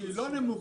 שהיא לא נמוכה,